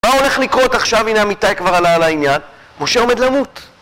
מה הולך לקרות עכשיו? הנה אמיתי כבר עלה על העניין. משה עומד למות!